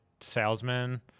salesman